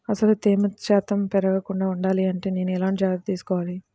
అసలు తేమ శాతం పెరగకుండా వుండాలి అంటే నేను ఎలాంటి జాగ్రత్తలు తీసుకోవాలి?